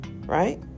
right